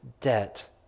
debt